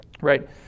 right